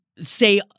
say